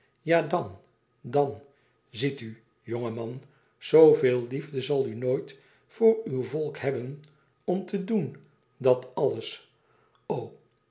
ja dan dan ziet u jonge man zooveel liefde zal u nooit voor uw volk hebben om te doen dat alles